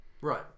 Right